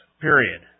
Period